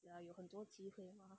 ya 有很多机会吗